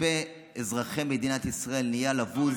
כספי אזרחי מדינת ישראל נהיו לבוז,